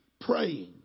praying